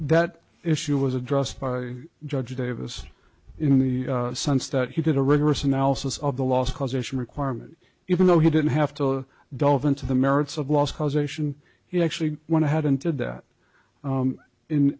that issue was addressed by judge davis in the sense that he did a rigorous analysis of the last causation requirement even though he didn't have to delve into the merits of lost causation he actually went ahead and did that